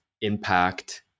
impact